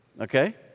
okay